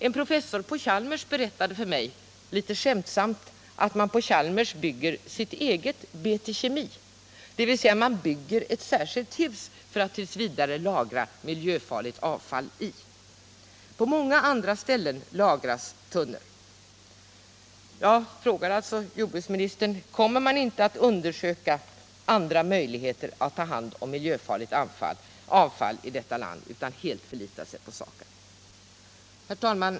En professor på Chalmers berättade för mig litet skämtsamt att man på Chalmers bygger sitt eget BT Kemi, dvs. att man bygger ett särskilt hus att t. v. lagra miljöfarligt avfall i. På många andra ställen lagras tunnor. Jag frågar alltså jordbruksministern: Kommer man inte att undersöka andra möjligheter att ta hand om miljöfarligt avfall i detta land utan helt förlita sig på SAKAB? Herr talman!